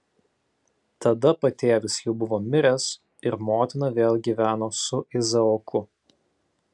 tada patėvis jau buvo miręs ir motina vėl gyveno su izaoku